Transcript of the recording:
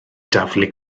daflu